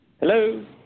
Hello